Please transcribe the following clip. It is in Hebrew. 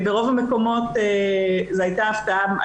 ברוב המקומות זו הייתה הפתעה.